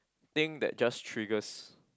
thing that just triggers